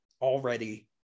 already